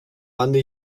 bande